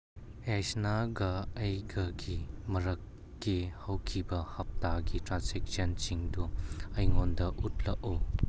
ꯌꯥꯏꯁꯅꯥꯒ ꯑꯩꯒꯒꯤ ꯃꯔꯛꯀꯤ ꯍꯧꯈꯤꯕ ꯍꯞꯇꯥꯒꯤ ꯇ꯭ꯔꯥꯟꯖꯦꯛꯁꯟꯁꯤꯡꯗꯨ ꯑꯩꯉꯣꯟꯗ ꯎꯠꯂꯛꯎ